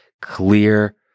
Clear